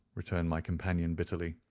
returned my companion, bitterly.